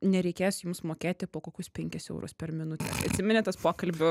nereikės jums mokėti po kokius penkis eurus per minutę atsimeni tas pokalbių